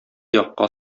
якка